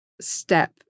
step